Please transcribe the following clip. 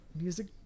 music